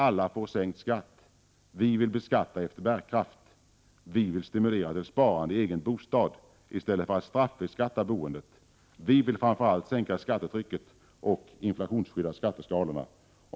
Alla får sänkt skatt. Vi vill beskatta efter bärkraft. Vi vill stimulera till sparande i egen bostad i stället för att straffbeskatta boendet. Vi vill framför allt sänka skattetrycket och inflationsskydda skatteskalorna.